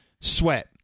sweat